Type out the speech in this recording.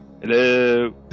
Hello